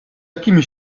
jakimi